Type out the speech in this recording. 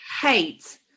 hate